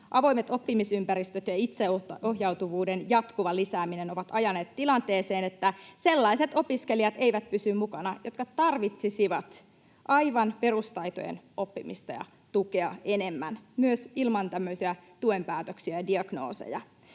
Avoimet oppimisympäristöt ja itseohjautuvuuden jatkuva lisääminen ovat ajaneet tilanteeseen, että sellaiset opiskelijat eivät pysy mukana, jotka tarvitsisivat aivan perustaitojen oppimista ja enemmän tukea myös ilman tämmöisiä tuen päätöksiä ja diagnooseja.